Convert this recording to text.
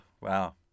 Wow